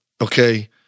okay